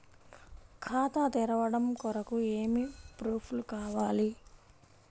ఖాతా తెరవడం కొరకు ఏమి ప్రూఫ్లు కావాలి?